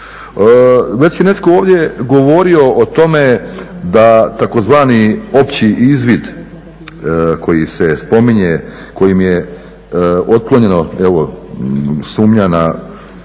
Već je netko ovdje govorio o tome da tzv. opći izvid koji se spominje, kojim je otklonjena sumnja na